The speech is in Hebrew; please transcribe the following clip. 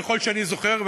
ככל שאני זוכר,